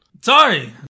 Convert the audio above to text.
Sorry